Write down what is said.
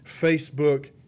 Facebook